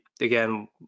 again